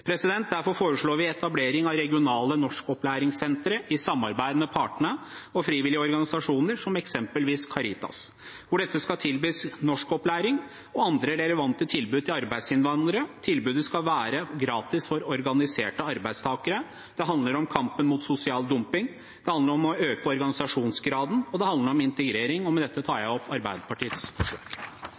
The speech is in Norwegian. Derfor foreslår vi etablering av regionale norskopplæringssentre i samarbeid med partene og frivillige organisasjoner, som f.eks. Caritas, hvor det skal tilbys norskopplæring og andre relevante tilbud til arbeidsinnvandrere. Tilbudet skal være gratis for organiserte arbeidstakere. Det handler om kampen mot sosial dumping, det handler om å øke organisasjonsgraden, og det handler om integrering. Det blir replikkordskifte. Representanten Gharahkhani redegjorde for Arbeiderpartiets